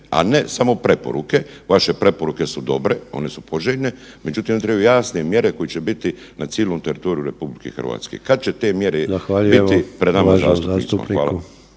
a ne samo preporuke. Vaše preporuke su dobre, one su poželjne, međutim nama trebaju jasne mjere koje će biti na cijelom teritoriju RH. Kada će te mjere biti pred nama zastupnicima?